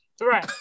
Right